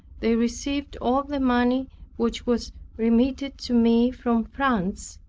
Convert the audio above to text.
they received all the money which was remitted to me from france,